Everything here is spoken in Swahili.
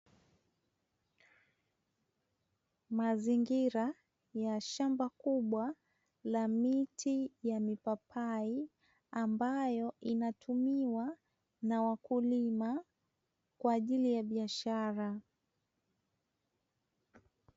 Mazingira ya shamba kubwa la miti ya mipapai ambayo inatumiwa na wakulima kwa ajili ya biashara.